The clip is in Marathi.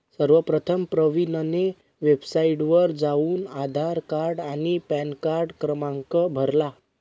सर्वप्रथम प्रवीणने वेबसाइटवर जाऊन आधार कार्ड आणि पॅनकार्ड क्रमांक भरला